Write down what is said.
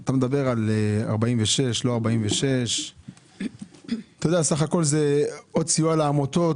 אתה מדבר על סעיף 46 או לא סעיף 46. בסך הכול זה עוד סיוע לעמותות,